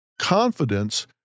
confidence